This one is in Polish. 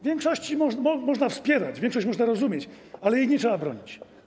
Większość można wspierać, większość można rozumieć, ale jej nie trzeba bronić.